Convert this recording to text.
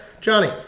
Johnny